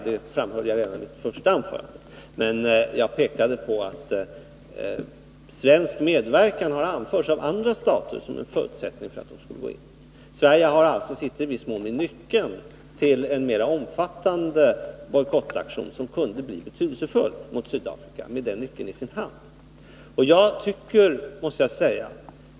Det framhöll jag även i mitt första anförande, men jag pekade också på att en svensk medverkan har anförts av andra stater som en förutsättning för att de skulle vidta sådana åtgärder. Sverige har alltså i viss mån nyckeln till en mer omfattande bojkottaktion som kan bli betydelsefull.